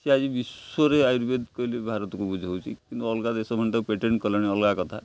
ସେ ଆଜି ବିଶ୍ୱରେ ଆୟୁର୍ବେଦ କହିଲେ ଭାରତକୁ ବୁଝୋଉଛି କିନ୍ତୁ ଅଲଗା ଦେଶମାନେ ତାକୁ ପେଟେଣ୍ଟ କଲେଣି ଅଲଗା କଥା